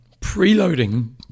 preloading